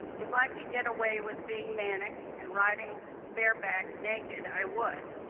if i could get away with being manic and riding bareback naked i would,